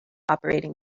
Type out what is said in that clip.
operating